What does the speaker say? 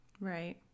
Right